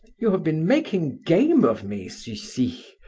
you have been making game of me, sucy.